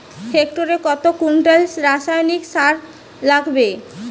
হেক্টরে কত কুইন্টাল রাসায়নিক সার লাগবে?